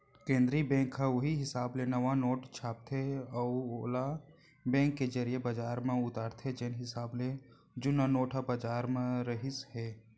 केंद्रीय बेंक ह उहीं हिसाब ले नवा नोट छापथे अउ ओला बेंक के जरिए बजार म उतारथे जेन हिसाब ले जुन्ना नोट ह बजार म रिहिस हे